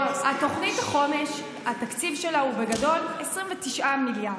התקציב של תוכנית החומש הוא בגדול 29 מיליארד.